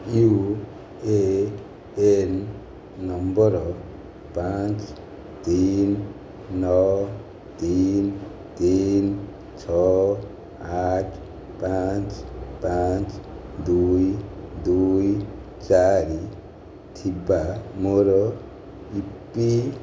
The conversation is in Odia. ୟୁ ଏ ଏନ୍ ନମ୍ବର ପାଞ୍ଚ ତିନି ନଅ ତିନି ତିନି ଛଅ ଆଠ ପାଞ୍ଚ ପାଞ୍ଚ ଦୁଇ ଦୁଇ ଚାରି ଥିବା ମୋର ଇ ପି